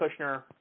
Kushner